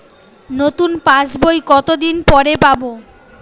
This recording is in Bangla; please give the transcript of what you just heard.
নতুন পাশ বই কত দিন পরে পাবো?